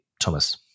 thomas